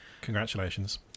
Congratulations